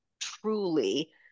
truly